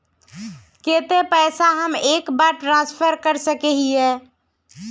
केते पैसा हम एक बार ट्रांसफर कर सके हीये?